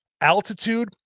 altitude